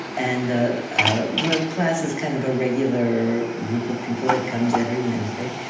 and the ah the class is kind of a regular group of people that comes every wednesday.